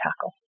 tackle